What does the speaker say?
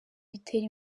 bitera